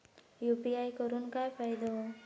UPI करून काय फायदो?